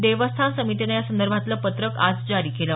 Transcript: देवस्थान समितीनं यासंदर्भातलं पत्रक आज जारी केलं